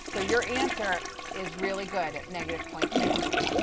so your answer is really good at negative point six,